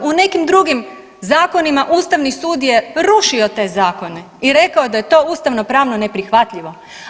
U nekim drugim zakonima Ustavni sud je rušio te zakone i rekao da je to ustavnopravno neprihvatljivo.